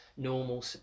normal